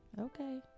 Okay